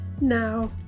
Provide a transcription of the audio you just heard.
now